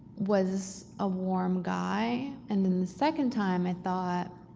was a warm guy and then the second time i thought,